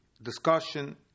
discussion